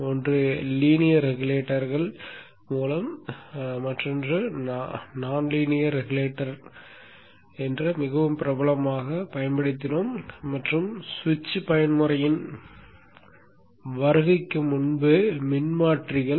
ஒன்று லீனியர் ரெகுலேட்டர்கள் மூலம் நாம்லீனியர் ரெகுலேட்டரை மிகவும் பிரபலமாகப் பயன்படுத்தினோம் மற்றும் சுவிட்ச் பயன்முறையின் வருகைக்கு முன்பு மின் மாற்றிகள்